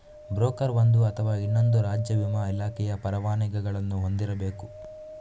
broker ಒಂದು ಅಥವಾ ಇನ್ನೊಂದು ರಾಜ್ಯ ವಿಮಾ ಇಲಾಖೆಯ ಪರವಾನಗಿಗಳನ್ನು ಹೊಂದಿರಬೇಕು